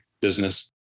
business